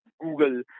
Google